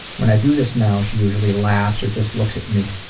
when i do this now, she usually laughs or just looks at me.